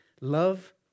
love